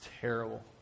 terrible